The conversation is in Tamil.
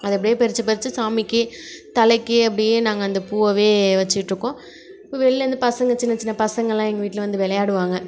அதை அப்படியே பறித்து பறித்து சாமிக்கு தலைக்கு அப்படியே நாங்கள் அந்த பூவயே வச்சுக்கிட்ருக்கோம் இப்போ வெளிலேந்து பசங்கள் சின்ன சின்ன பசங்கள்லாம் எங்கள் வீட்டில் வந்து விளையாடுவாங்க